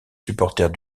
supporters